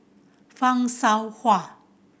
Fan Shao Hua